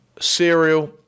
cereal